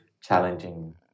challenging